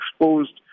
exposed